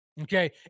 okay